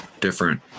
different